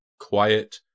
quiet